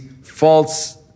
false